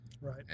Right